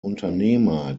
unternehmer